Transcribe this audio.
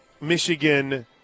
Michigan